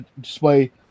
display